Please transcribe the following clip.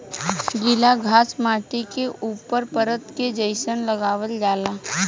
गिला घास माटी के ऊपर परत के जइसन लगावल जाला